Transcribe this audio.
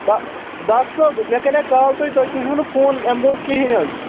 the ڈاکھ صٲب مےٚ کَرے کال تۄہہِ تۄہہِ تُلوٕ نہٕ فون اَمہِ برونٛٹھ کِہیٖنۍ حظ